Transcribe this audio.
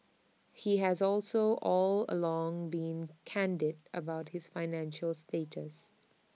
he has also all along been candid about his financial status